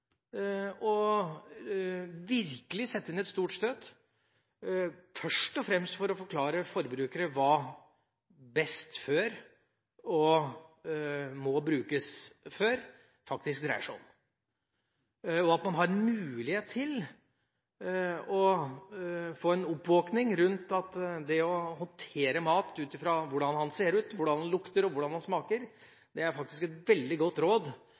og virkelig sette inn et stort støt, først og fremst for å forklare forbrukerne hva «best før» og «siste forbruksdag» faktisk dreier seg om. Det at man har mulighet for å få en oppvåkning rundt det å håndtere mat ut fra hvordan den ser ut, hvordan den lukter og hvordan den smaker, er faktisk et veldig godt råd